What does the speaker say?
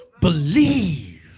Believe